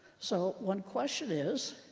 so one question is,